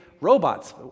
robots